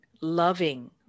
loving